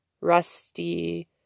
rusty